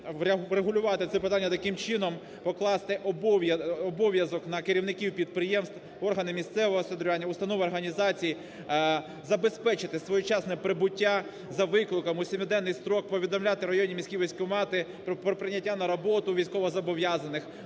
врегулювати це питання таким чином, покласти обов'язок на керівників підприємств, органи місцевого самоврядування, установ, організацій, забезпечити своєчасне прибуття за викликом у семиденний строк, повідомляти районні, міські військкомати про прийняття на роботу військовозобов'язаних.